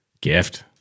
gift